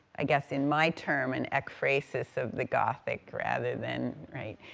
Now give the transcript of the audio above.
i guess in my term, an ekphrasis of the gothic, rather than, right,